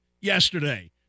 yesterday